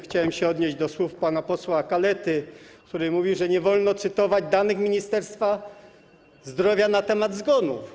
Chciałem się odnieść do słów pana posła Kalety, który mówił, że nie można cytować danych Ministerstwa Zdrowia na temat zgonów.